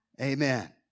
Amen